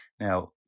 Now